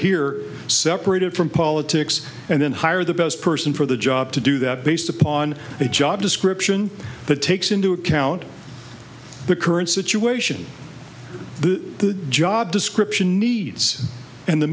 here separated from politics and then hire the best person for the job to do that based upon the job description that takes into account the current situation the job description needs and the